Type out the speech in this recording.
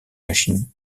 machines